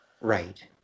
Right